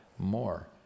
More